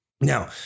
now